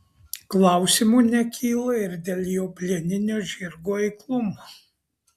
klausimų nekyla ir dėl jo plieninio žirgo eiklumo